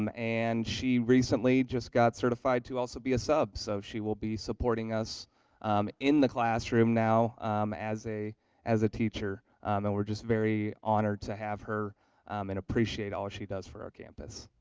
um and she recently just got certified to also be a sub so she will be supporting us in the classroom now as a teacher um and we're just very honored to have her and appreciate all she does for our campus